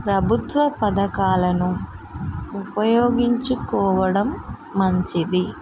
ప్రభుత్వ పథకాలను ఉపయోగించుకోవడం మంచిది